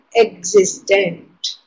existent